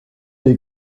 des